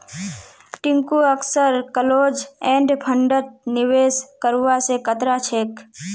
टिंकू अक्सर close end फंडत निवेश करवा स कतरा छेक